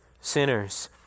sinners